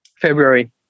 February